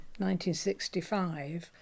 1965